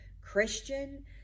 Christian